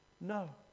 No